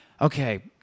Okay